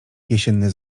jesienny